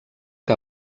que